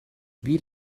wie